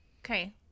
Okay